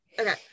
okay